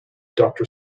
doctor